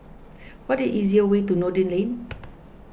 what the easiest way to Noordin Lane